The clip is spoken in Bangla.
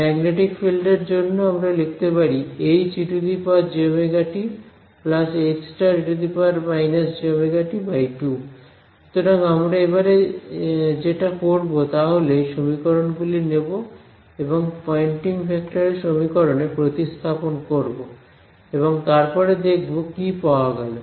ম্যাগনেটিক ফিল্ড এর জন্যও আমরা লিখতে পারি Hejωt He−jωt 2 সুতরাং আমরা এবারে যেটা করব তা হল এই সমীকরণ গুলি নেব এবং পয়েন্টিং ভেক্টর এর সমীকরণে প্রতিস্থাপন করব এবং তারপরে দেখব কি পাওয়া গেল